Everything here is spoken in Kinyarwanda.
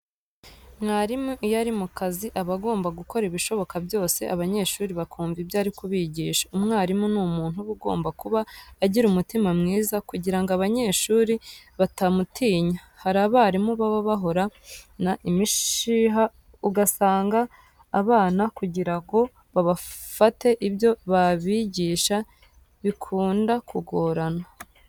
Mwarimu iyo ari mu kazi aba agomba gukora ibishoboka byose abanyeshuri bakumva ibyo ari kubigisha. Umwarimu ni umuntu uba ugomba kuba agira umutima mwiza kugira ngo abanyeshuri batamutinya. Hari abarimu baba bahorana imishiha ugasanga abana kugira ngo bafate ibyo babigisha bikunda kugorana.